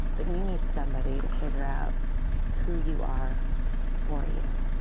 but you need somebody to figure out who you are for you.